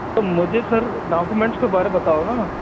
मुझे sir documents के बारे में बताओ ना